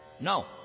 no